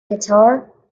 guitar